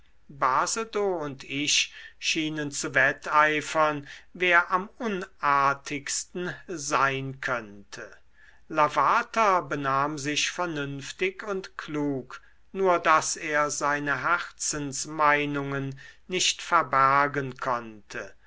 basedow und ich schienen zu wetteifern wer am unartigsten sein könnte lavater benahm sich vernünftig und klug nur daß er seine herzensmeinungen nicht verbergen konnte